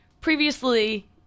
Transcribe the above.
previously